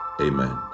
amen